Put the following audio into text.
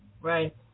right